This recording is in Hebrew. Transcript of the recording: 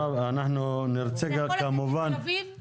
אתה יכול לתת לתל אביב את רשות הדיבור?